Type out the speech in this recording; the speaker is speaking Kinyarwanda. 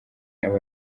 aba